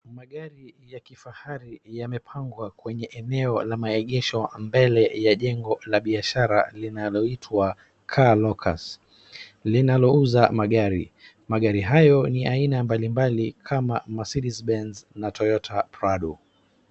Magari ya kifahari yamepangwa kwenye eneo la maegesho mbele ya jengo ya biashara linaloitwa Car Lockers, linalouza magari .Magari hayo ni aina mbalimbali kama Mercedes Benz na Toyota Prado.